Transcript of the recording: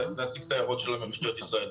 להציג את ההערות של משטרת ישראל.